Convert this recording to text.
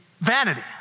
vanity